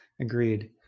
Agreed